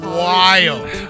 wild